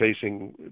facing